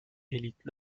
élite